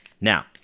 Now